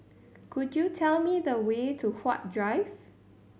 could you tell me the way to Huat Drive